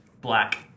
Black